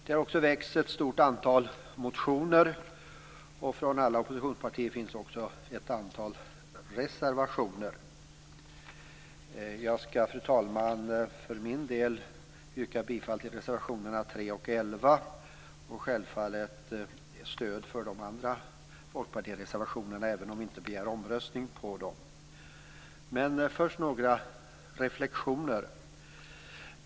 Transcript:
Det har också väckts ett stort antal motioner, och från alla oppositionspartier finns också ett antal reservationer. Jag skall för min del, fru talman, yrka bifall till reservationerna 3 och 11. Självfallet stöder jag de andra folkpartireservationerna, även om vi inte begär omröstning på dem. Först några reflexioner.